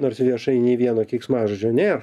nors viešai nei vieno keiksmažodžio nėr